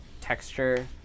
texture